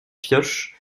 pioches